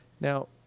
Now